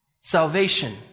Salvation